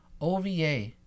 OVA